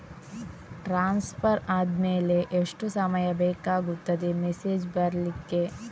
Transfer ಆದ್ಮೇಲೆ ಎಷ್ಟು ಸಮಯ ಬೇಕಾಗುತ್ತದೆ ಮೆಸೇಜ್ ಬರ್ಲಿಕ್ಕೆ?